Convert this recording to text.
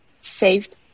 saved